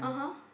(uh huh)